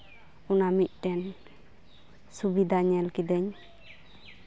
ᱚᱱᱟ ᱢᱤᱫᱴᱮᱱ ᱥᱩᱵᱤᱫᱷᱟ ᱧᱮᱞ ᱠᱤᱫᱟᱹᱧ